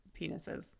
penises